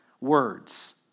words